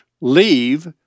leave